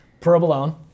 provolone